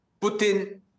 Putin